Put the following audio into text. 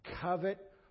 covet